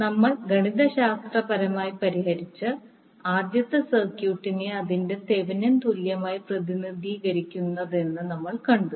നമ്മൾ ഗണിതശാസ്ത്രപരമായി പരിഹരിച്ച് ആദ്യത്തെ സർക്യൂട്ടിനെ അതിന്റെ തെവെനിൻ തുല്യമായാണ് പ്രതിനിധീകരിക്കുന്നതെന്ന് നമ്മൾ കണ്ടു